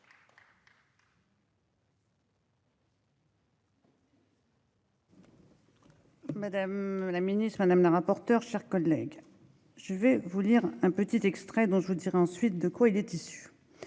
Madame la ministre madame la rapporteure, chers collègues, je vais vous lire un petit extrait dont je vous dirais ensuite de quoi il est issu.